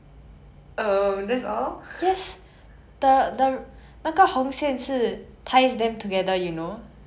you wanna say something like 穿越时间时空 or something with the 红线